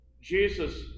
Jesus